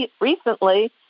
recently